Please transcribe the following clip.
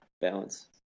balance